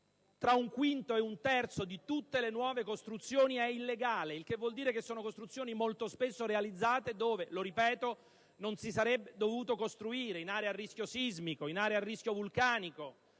tra un quinto e un terzo di tutte le nuove costruzioni è illegale. Ciò significa che queste costruzioni molto spesso sono realizzate dove - lo ripeto - non si sarebbe dovuto costruire: in aree a rischio sismico, a rischio vulcanico,